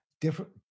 Different